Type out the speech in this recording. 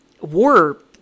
war